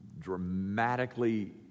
dramatically